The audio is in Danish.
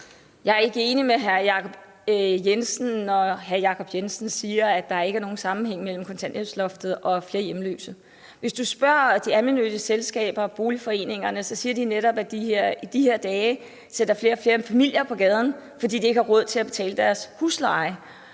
Jeg er ikke enig med hr. Jakob Ellemann-Jensen, når han siger, at der ikke er nogen sammenhæng mellem kontanthjælpsloftet og det, at der er flere hjemløse. Hvis man spørger de almennyttige boligselskaber og boligforeningerne, siger de netop, de i de her dage sætter flere og flere familier på gaden, fordi de ikke har råd til at betale deres husleje.